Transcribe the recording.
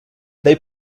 they